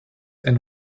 and